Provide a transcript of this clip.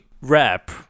rap